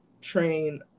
train